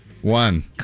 one